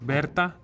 Berta